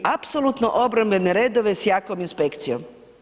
I apsolutno obrambene redove sa jakom inspekcijom.